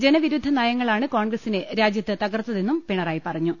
ജനവിരുദ്ധ നയങ്ങളാണ് കോൺഗ്രസിനെ രാജ്യത്ത് തകർത്തതെന്നും പിണറായി പറഞ്ഞു